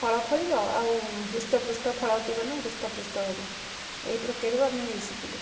ଫଳ ଫଳିବ ଆଉ ହୃଷ୍ଟପୃଷ୍ଟ ଫଳ ହୃଷ୍ଟପୃଷ୍ଟ ହେବ ଏହି ପକ୍ରିୟାରୁ ଆମେ ଏହି ଶିଖିଲୁ